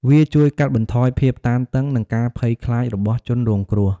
វាជួយកាត់បន្ថយភាពតានតឹង និងការភ័យខ្លាចរបស់ជនរងគ្រោះ។